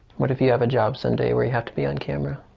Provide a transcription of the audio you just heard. what if you have a job sunday where you have to be on camera?